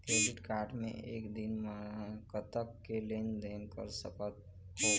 Credit card मे एक दिन म कतक के लेन देन कर सकत हो?